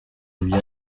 bya